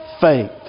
faith